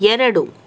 ಎರಡು